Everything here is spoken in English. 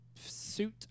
suit